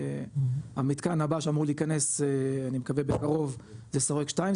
המתקן הבא שאמור להיכנס אני מקווה בקרוב זה שורק 2,